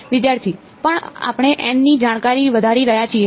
વિદ્યાર્થી પણ આપણે N ની જાણકારી વધારી રહ્યા છીએ